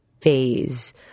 phase